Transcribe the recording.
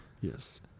Yes